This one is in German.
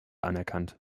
anerkannt